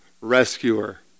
rescuer